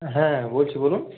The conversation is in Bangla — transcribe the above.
হ্যাঁ বলছি বলুন